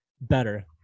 better